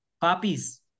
Puppies